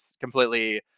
completely